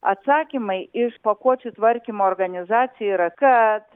atsakymai iš pakuočių tvarkymo organizacijų yra kad